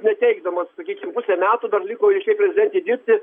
neteikdamas sakykim pusę metų dar liko reiškia prezidentei dirbti